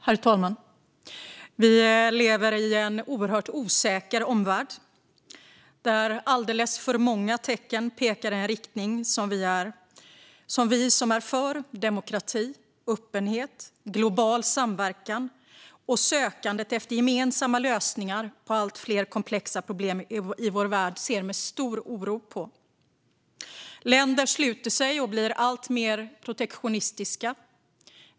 Herr talman! Vi lever i en oerhört osäker omvärld där alldeles för många tecken pekar i en riktning som vi som är för demokrati, öppenhet, global samverkan och sökande efter gemensamma lösningar på allt fler komplexa problem i vår värld ser med stor oro på. Länder sluter sig och blir alltmer protektionistiska.